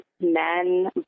men